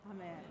Amen